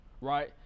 right